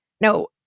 No